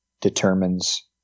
determines